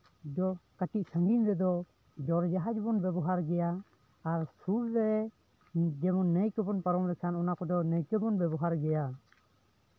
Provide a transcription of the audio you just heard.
ᱫᱚ ᱠᱟᱹᱴᱤᱡ ᱥᱟᱺᱜᱤᱧ ᱨᱮᱫᱚ ᱡᱚᱞ ᱡᱟᱦᱟᱡᱽ ᱵᱚᱱ ᱵᱮᱵᱚᱦᱟᱨ ᱜᱮᱭᱟ ᱟᱨ ᱥᱩᱨ ᱡᱮᱢᱚᱱ ᱱᱟᱹᱭ ᱠᱚᱵᱚᱱ ᱯᱟᱨᱚᱢ ᱞᱮᱱᱠᱷᱟᱱ ᱚᱱᱟ ᱠᱚᱫᱚ ᱱᱟᱹᱣᱠᱟᱹ ᱵᱚᱱ ᱵᱮᱵᱚᱦᱟᱨ ᱜᱮᱭᱟ